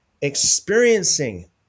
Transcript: experiencing